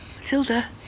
Matilda